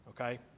Okay